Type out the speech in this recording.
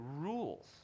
rules